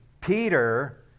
Peter